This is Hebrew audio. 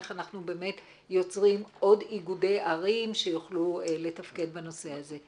איך אנחנו באמת יוצרים עוד איגודי ערים שיוכלו לתפקד בנושא הזה.